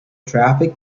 traffic